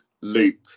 loop